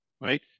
right